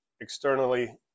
externally